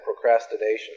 procrastination